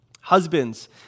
Husbands